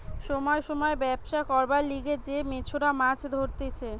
সময় সময় ব্যবছা করবার লিগে যে মেছোরা মাছ ধরতিছে